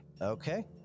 Okay